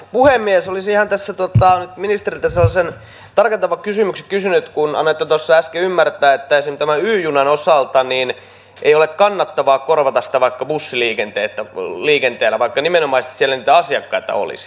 olisin ihan tässä ministeriltä sellaisen tarkentavan kysymyksen kysynyt kun annoitte äsken ymmärtää että esimerkiksi tämän y junan osalta ei ole kannattavaa korvata sitä vaikka bussiliikenteellä vaikka nimenomaisesti siellä niitä asiakkaita olisi